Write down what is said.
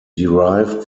derived